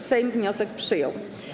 Sejm wniosek przyjął.